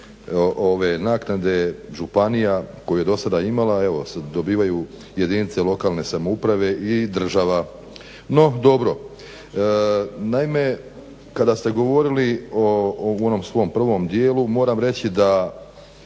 ove naknade županija koju je do sada imala, evo dobivaju jedinice lokalne samouprave i država, no dobro. Naime, kada ste govorili u onom svom prvom dijelu moram reći da